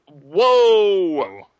Whoa